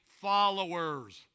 followers